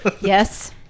Yes